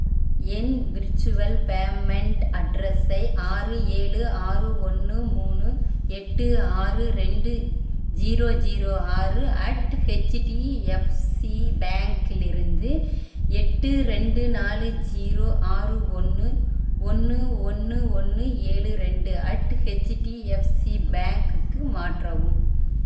என் virtual payment அட்ரஸை ஆறு ஏழு ஆறு ஒன்று மூணு எட்டு ஆறு ரெண்டு ஜீரோ ஜீரோ ஆறு அட் ஹெச்டிஎஃப்சி பேங்க்லிருந்து எட்டு ரெண்டு நாலு ஜீரோ ஆறு ஒன்று ஒன்று ஒன்று ஒன்று ஏழு ரெண்டு அட் ஹெச்டிஎஃப்சி பேங்க்குக்கு மாற்றவும்